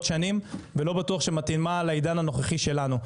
שנים ולא בטוח שמתאימה לעידן הנוכחי שלנו.